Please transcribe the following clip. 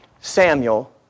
Samuel